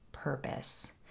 purpose